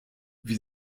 wie